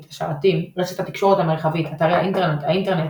– השרתים – רשת התקשורת המרחבית – אתרי האינטרנט – האינטרנט,